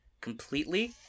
Completely